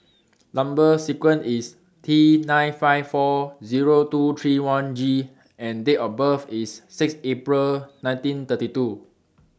Number sequence IS T nine five four Zero two three one G and Date of birth IS six April nineteen thirty two